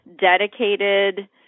dedicated